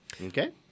Okay